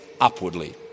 upwardly